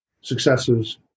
successes